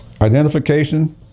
Identification